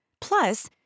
Plus